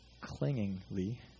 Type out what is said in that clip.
clingingly